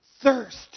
thirst